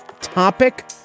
topic